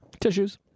Tissues